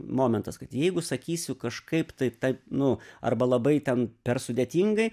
momentas kad jeigu sakysiu kažkaip tai taip nu arba labai ten per sudėtingai